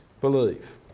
believe